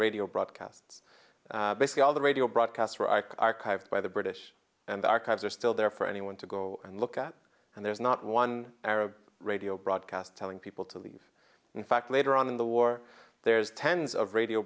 radio broadcasts basically all the radio broadcasts were are archived by the british and the archives are still there for anyone to go and look at and there's not one arab radio broadcast telling people to leave in fact later on in the war there's tens of radio